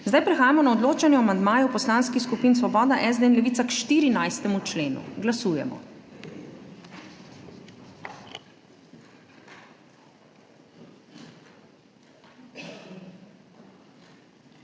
Prehajamo na odločanje o amandmaju poslanskih skupin Svoboda, SD in Levica k 1. členu. Glasujemo.